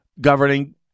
governing